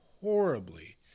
horribly